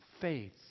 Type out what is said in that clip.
faith